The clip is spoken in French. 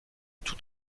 tout